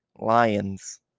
lions